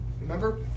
remember